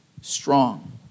strong